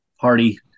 party